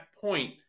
point